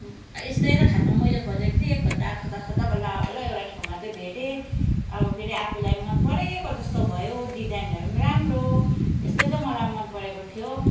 यस्तै त खासमा मैले खोजेको थिएँ खोज्दा खोज्दा खोज्दा बल्ल बल्ल एउटा ठाउँमा चाहिँ भेटे अब फेरि आफूलाई मनपरेको जस्तो भयो डिजाइनहरू पनि राम्रो यस्तो चाहिँ मलाई मनपरेको थियो